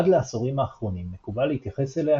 עד לעשורים האחרונים מקובל להתייחס אליה